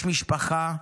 יש משפחה,